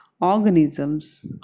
organisms